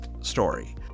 story